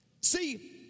See